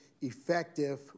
effective